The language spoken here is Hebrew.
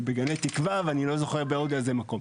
בגני תקווה, ואני לא זוכר בעוד איזה מקום.